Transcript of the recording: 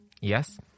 Yes